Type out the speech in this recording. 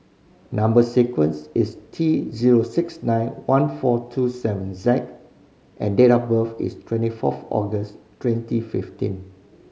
number sequence is T zero six nine one four two seven Z and date of birth is twenty fourth August twenty fifteen